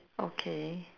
okay